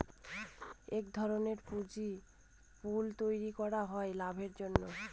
এক ধরনের পুঁজির পুল তৈরী করা হয় লাভের জন্য